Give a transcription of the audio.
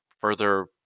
further